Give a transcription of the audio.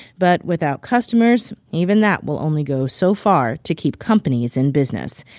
but without customers, even that will only go so far to keep companies in business.